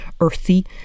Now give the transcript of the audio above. earthy